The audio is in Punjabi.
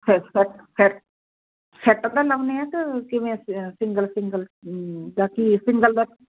ਸ ਸੈੱਟ ਸੈਟ ਸੈੱਟ ਬਣਾਉਂਦੇ ਆ ਕਿ ਕਿਵੇਂ ਸ ਸਿੰਗਲ ਸਿੰਗਲ ਦਾ ਕੀ ਸਿੰਗਲ ਦਾ